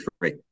free